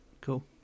Cool